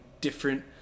different